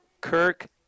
Kirk